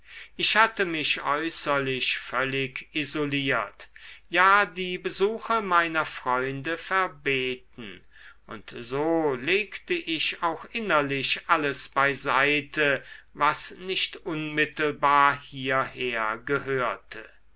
ich hatte mich äußerlich völlig isoliert ja die besuche meiner freunde verbeten und so legte ich auch innerlich alles beiseite was nicht unmittelbar hierher gehörte